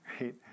right